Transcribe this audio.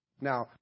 Now